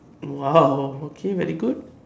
!wow! okay very good